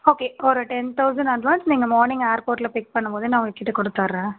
okay ஒரு ten thousand advance நீங்கள் morning ஏர்போர்ட்டில் பிக் பண்ணும் போது நான் உங்கள்கிட்ட கொடுத்தர்றேன்